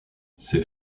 ces